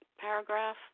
paragraph